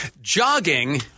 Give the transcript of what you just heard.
jogging